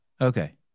Okay